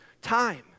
time